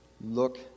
look